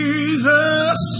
Jesus